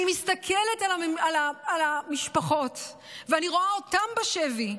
אני מסתכלת על המשפחות, ואני רואה אותן בשבי.